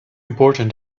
important